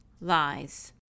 Lies